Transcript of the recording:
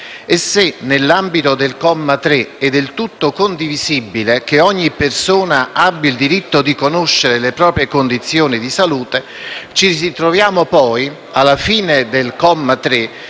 Se nell'ambito del comma 3 è del tutto condivisibile che ogni persona abbia il diritto di conoscere le proprie condizioni di salute, alla fine del comma 3